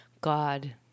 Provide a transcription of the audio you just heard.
God